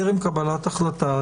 טרם קבלת החלטה,